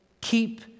keep